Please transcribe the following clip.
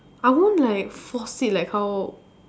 I won't like force it like how